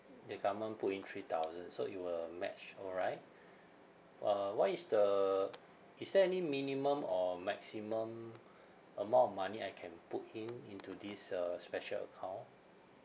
the government put in three thousand so it will match all right uh what is the is there any minimum or maximum amount of money I can put in into this uh special account